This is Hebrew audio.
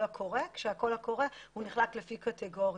הקורא כשהקול הקורא נחלק לפי קטגוריות,